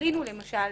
גילינו למשל,